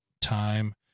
time